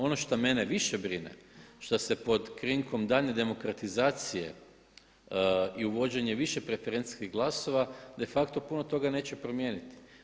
Ono što mene više brine što se pod krinkom daljnje demokratizacije i uvođenje više preferencijskih glasova de facto puno toga neće promijeniti.